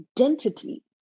identity